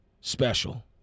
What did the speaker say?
special